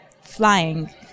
flying